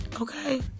Okay